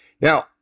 Now